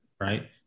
right